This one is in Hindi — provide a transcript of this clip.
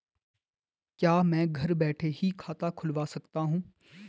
क्या मैं घर बैठे ही खाता खुलवा सकता हूँ?